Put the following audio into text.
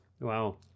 Wow